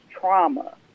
trauma